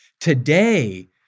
Today